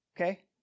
okay